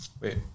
Wait